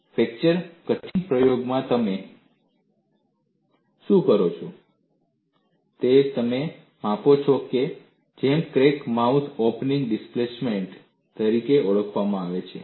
fracture કઠિનતા પ્રયોગમાં તમે શું કરો છો તે તમે માપો છો જેને ક્રેક મોઉથ ઓપનિંગ ડિસપ્લેસમેન્ટ તરીકે ઓળખવામાં આવે છે